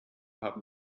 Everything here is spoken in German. haben